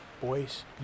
Boys